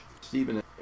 Stephen